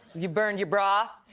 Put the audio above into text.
you burned your bra.